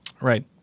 Right